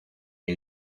que